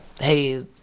hey